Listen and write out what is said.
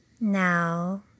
Now